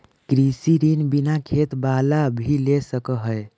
कृषि ऋण बिना खेत बाला भी ले सक है?